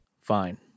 Fine